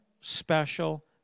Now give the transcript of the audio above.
special